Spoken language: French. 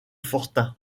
fortin